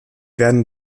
werden